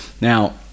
Now